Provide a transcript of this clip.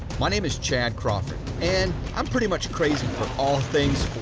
my name is chad crawford, and i'm pretty much crazy for all things